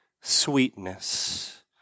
sweetness